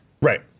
Right